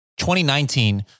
2019